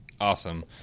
awesome